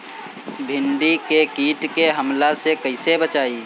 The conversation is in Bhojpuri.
भींडी के कीट के हमला से कइसे बचाई?